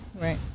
Right